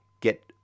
get